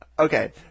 Okay